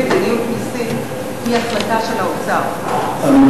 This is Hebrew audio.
רשיונות מן המדינה צריכה לעמוד בתוכניות האלה.